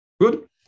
Good